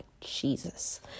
Jesus